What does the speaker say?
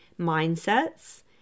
mindsets